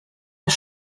das